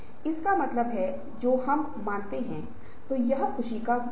इसलिए जब हम दृष्टि कहते हैं तो यह 5 या 10 वर्षों के लिए हो सकता है